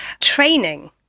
training